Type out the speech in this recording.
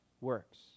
works